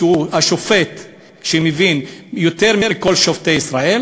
שהוא השופט שמבין יותר מכל שופטי ישראל,